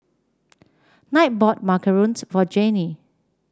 Kinte bought macarons for Janae